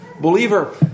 Believer